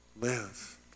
live